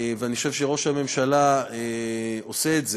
ואני חושב שראש הממשלה עושה את זה: